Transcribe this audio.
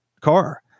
car